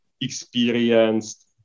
experienced